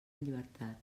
llibertat